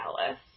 Alice